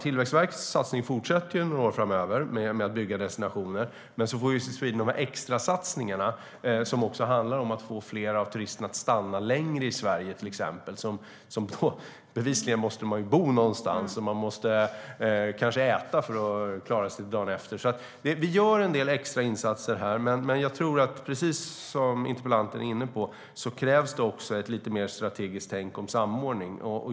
Tillväxtverkets satsning på att bygga destinationer fortsätter några år framöver. Sedan får Visit Sweden dessa extrasatsningar, som handlar om att få fler av turisterna att stanna längre i Sverige. Bevisligen måste man ju bo någonstans och äta för att klara sig till dagen efter. Vi gör en del extra insatser, men precis som interpellanten är inne på krävs det ett lite mer strategiskt tänk om samordning.